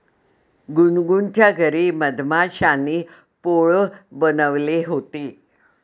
गुनगुनच्या घरी मधमाश्यांनी पोळं बनवले होते